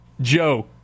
Joe